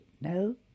no